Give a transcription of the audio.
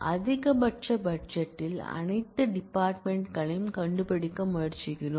அதிகபட்ச பட்ஜெட்டில் அனைத்து டிபார்ட்மென்ட் களையும் கண்டுபிடிக்க முயற்சிக்கிறோம்